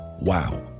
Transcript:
Wow